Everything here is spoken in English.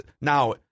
now